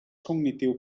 cognitiu